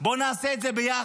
בוא נעשה את זה ביחד,